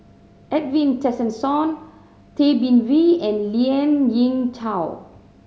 Edwin Tessensohn Tay Bin Wee and Lien Ying Chow